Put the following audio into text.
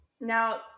Now